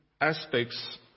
aspects